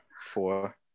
Four